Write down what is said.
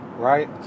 right